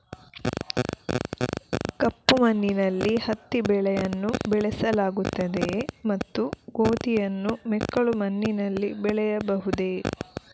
ಕಪ್ಪು ಮಣ್ಣಿನಲ್ಲಿ ಹತ್ತಿ ಬೆಳೆಯನ್ನು ಬೆಳೆಸಲಾಗುತ್ತದೆಯೇ ಮತ್ತು ಗೋಧಿಯನ್ನು ಮೆಕ್ಕಲು ಮಣ್ಣಿನಲ್ಲಿ ಬೆಳೆಯಬಹುದೇ?